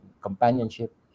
companionship